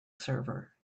server